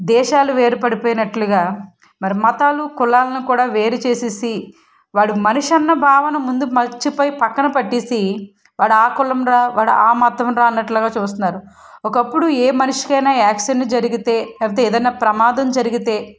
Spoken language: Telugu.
దేశాలు వేరు పడిపోయినట్టుగా మరి మతాలు కులాలను కూడా వేరు చేసి వాడు మనిషి అన్న భావన ముందు మర్చిపోయి పక్కన పెట్టేసి వాడు ఆ కులంరా వాడు ఆ మతంరా అన్నట్టుగా చూస్తున్నారు ఒకప్పుడు ఏ మనిషికైనా యాక్సిడెంట్ జరిగితే లేకపోతే ఏదన్నా ప్రమాదం జరిగితే